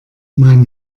mein